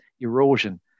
erosion